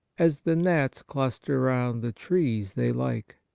as the gnats cluster round the trees they like.